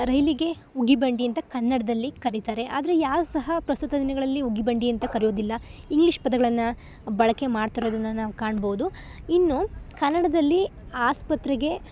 ರೈಲಿಗೆ ಉಗಿಬಂಡಿ ಅಂತ ಕನ್ನಡದಲ್ಲಿ ಕರಿತಾರೆ ಆದರೆ ಯಾವ ಸಹ ಪ್ರಸ್ತುತ ದಿನಗಳಲ್ಲಿ ಉಗಿಬಂಡಿ ಅಂತ ಕರಿಯೋದಿಲ್ಲ ಇಂಗ್ಲಿಷ್ ಪದಗಳನ್ನು ಬಳಕೆ ಮಾಡ್ತಿರೋದನ್ನು ನಾವು ಕಾಣ್ಬೌದು ಇನ್ನು ಕನ್ನಡದಲ್ಲಿ ಆಸ್ಪತ್ರೆಗೆ